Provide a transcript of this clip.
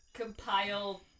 compile